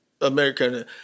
American